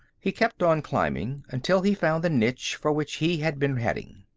he kept on climbing until he found the niche for which he had been heading.